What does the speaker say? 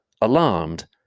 alarmed